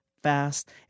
fast